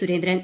Surendran